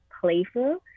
playful